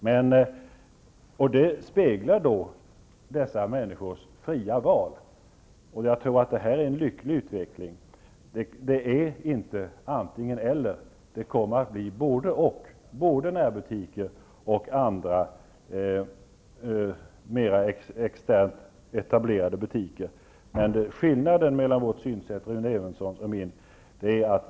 Det här speglar människors fria val, och det tror jag är en lycklig utveckling. Det är inte fråga om antingen--eller, utan det kommer att vara fråga om både--och. Det handlar alltså både om närbutiker och andra mera externt etablerade butiker. Det finns en skillnad mellan Rune Evenssons och mitt synsätt.